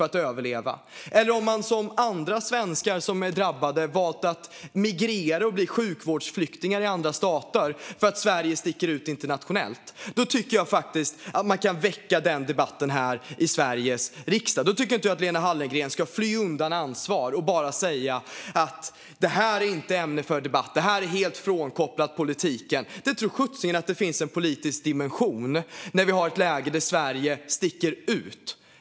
Andra drabbade svenskar har valt att migrera och bli sjukvårdsflyktingar i andra stater, för att Sverige sticker ut internationellt. Därför tycker jag faktiskt att man kan ha den debatten här i Sveriges riksdag. Jag tycker inte att Lena Hallengren ska fly undan ansvar och bara säga att det här inte är ett ämne för debatt, att det är helt frånkopplat politiken. Visst finns det en politisk dimension när vi är i ett läge där Sverige sticker ut.